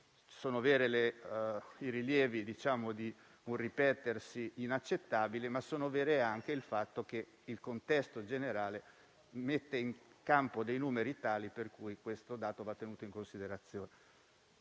sono veri i rilievi di un ripetersi inaccettabile, ma è anche vero che il contesto generale mette in campo dei numeri tali per cui questo dato va tenuto in considerazione.